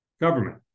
government